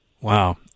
Wow